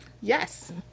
Yes